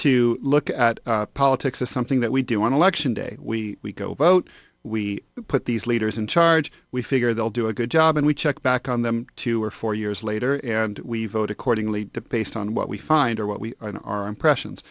to look at politics as something that we do want to lection day we go vote we put these leaders in charge we figure they'll do a good job and we check back on them two or four years later and we vote accordingly to paste on what we find or what we in our impressions